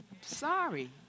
sorry